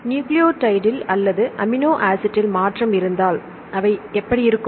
நியூக்ளியோடைடில் அல்லது அமினோ ஆசிட்டில் மாற்றம் இருந்தால் அவை இப்படி இருக்கும்